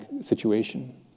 situation